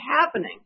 happening